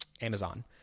Amazon